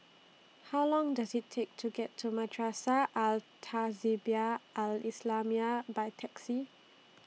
How Long Does IT Take to get to Madrasah Al Tahzibiah Al Islamiah By Taxi